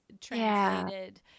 translated